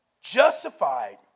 Justified